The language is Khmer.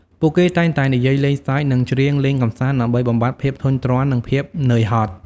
ពួកគេតែងតែនិយាយលេងសើចនិងច្រៀងលេងកម្សាន្តដើម្បីបំបាត់ភាពធុញទ្រាន់និងភាពនឿយហត់។